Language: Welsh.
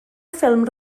ffilm